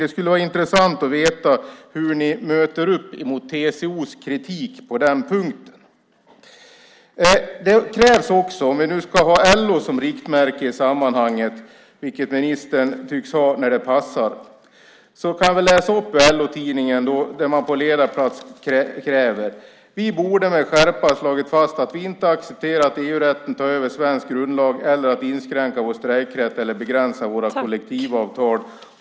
Det skulle vara intressant att veta hur ni bemöter TCO:s kritik på den punkten. Om vi nu ska ha LO som riktmärke i sammanhanget, vilket ministern tycks ha när det passar, kan jag ju läsa upp vad LO-tidningen kräver på ledarplats: "Vi borde med skärpa ha slagit fast att vi inte accepterar att EU-rätten tar över svensk grundlag, eller kan inskränka vår strejkrätt eller begränsa våra kollektivavtal."